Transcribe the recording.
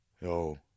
yo